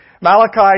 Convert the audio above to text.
Malachi